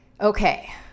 okay